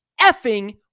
effing